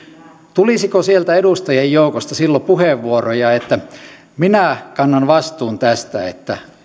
tulisiko sieltä edustajien joukosta silloin puheenvuoroja että minä kannan vastuun tästä että